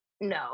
no